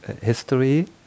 history